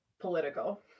political